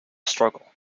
struggle